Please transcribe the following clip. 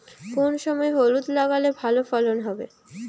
কোন সময় হলুদ লাগালে ভালো ফলন হবে?